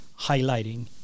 highlighting